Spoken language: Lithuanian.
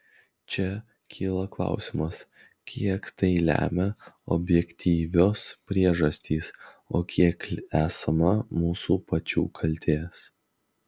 čia kyla klausimas kiek tai lemia objektyvios priežastys o kiek esama mūsų pačių kaltės